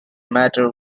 matter